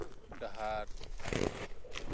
ᱰᱟᱦᱟᱨ